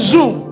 Zoom